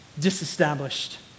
disestablished